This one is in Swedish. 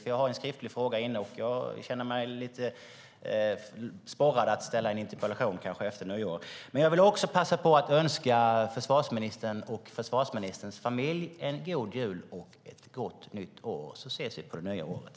Jag har ställt en skriftlig fråga och känner mig lite sporrad att kanske ställa en interpellation efter nyår. Jag vill också passa på att önska försvarsministern och försvarsministerns familj en god jul och ett gott nytt år, och så ses vi på det nya året!